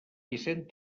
vicent